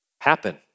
happen